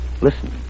Listen